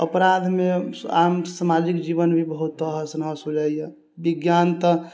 अपराधमे आम समाजिक जीवन भी बहुत तहस नहस हो जाइए विज्ञान तऽ